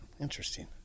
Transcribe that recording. Interesting